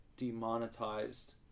demonetized